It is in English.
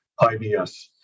IBS